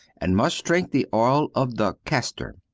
and must drink the oil of the caster.